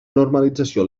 normalització